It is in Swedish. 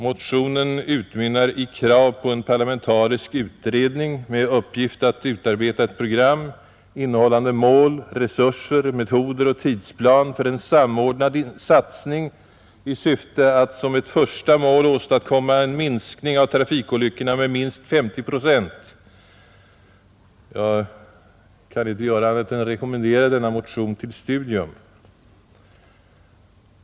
Motionen utmynnar i krav på en parlamentarisk utredning med uppgift att utarbeta ett program, innehållande mål, resurser, metoder och tidsplan för en samordnad satsning i syfte att som ett första mål åstadkomma en minskning av trafikolyckorna med minst 50 procent. Jag kan inte göra annat än rekommendera denna motion till studium.